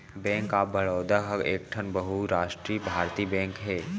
bank of Baroda ह एकठन बहुरास्टीय भारतीय बेंक हे